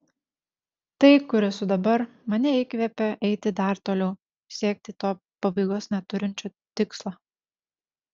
tai kur esu dabar mane įkvepia eiti dar toliau siekti to pabaigos neturinčio tikslo